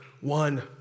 one